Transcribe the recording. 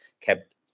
kept